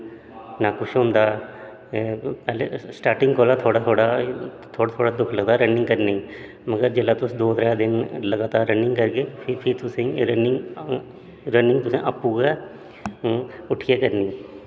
ना कुछ होंदा पैह्लेंं स्टाटिंग कोला थोहड़ा थोह्ड़ा थोह्ड़ा थोह्ड़ा दुख लगदा रनिंग करने गी मगर जेल्लै तुस दो त्रै दिन लगातार रनिंग करगे फ्ही फ्ही तुसेंगी रनिंग तुसें आपू गै उट्ठियै करनी